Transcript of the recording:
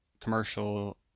commercial